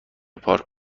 پارک